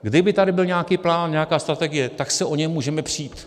Kdyby tady byl nějaký plán, nějaká strategie, tak se o něm můžeme přít.